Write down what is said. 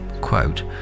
quote